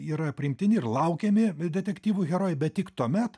yra priimtini ir laukiami detektyvų herojai bet tik tuomet